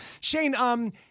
Shane